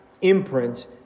imprint